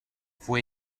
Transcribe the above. fue